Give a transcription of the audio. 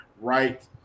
right